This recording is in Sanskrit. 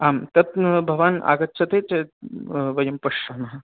आं तत् भवान् आगच्छति चेत् वयं पश्यामः